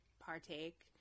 partake